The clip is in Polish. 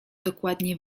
dokładnie